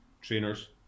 trainers